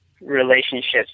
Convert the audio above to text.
relationships